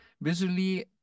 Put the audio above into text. visually